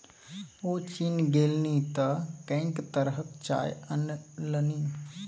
ओ चीन गेलनि तँ कैंक तरहक चाय अनलनि